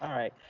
all right.